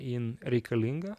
jin reikalinga